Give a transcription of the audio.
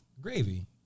Gravy